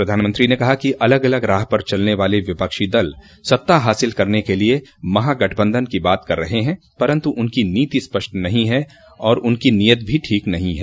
प्रधानमंत्री ने कहा कि अलग अलग राह पर चलने वाले विपक्षी दल सत्ता हासिल करने के लिए महा गठबन्धन की बात कर रहे हैं परन्तु उनकी नीति स्पष्ट नहीं है और उनकी नीयत भी ठीक नहीं है